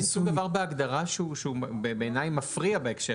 יש בהגדרה דבר שמפריע.